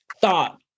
thought